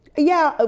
yeah, ah